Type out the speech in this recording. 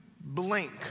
blink